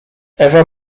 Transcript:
ewa